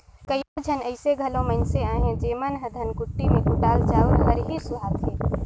कइयो झन अइसे घलो मइनसे अहें जेमन ल धनकुट्टी में कुटाल चाँउर हर ही सुहाथे